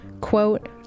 quote